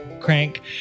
crank